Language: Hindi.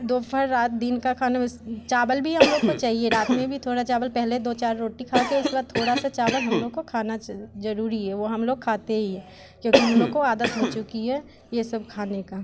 दोपहर रात दिन का खाना में चावल भी हम लोग को चाहिए रात में भी थोड़ा चावल पहले दो चार रोटी खाके उसके बाद थोड़ा सा चावल हम लोग को खाना जरूरी है वो हम लोग खाते ही है क्योंकि हम लोग को आदत हो चुकी है ये सब खाने का